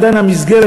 עדיין המסגרת,